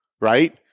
right